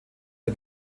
der